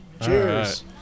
Cheers